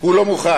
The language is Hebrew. הוא לא מוכן.